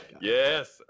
Yes